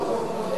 אל תתבלבל.